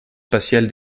spatiale